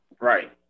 Right